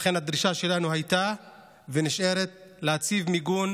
ולכן הדרישה שלנו הייתה ונשארת להציב מיגון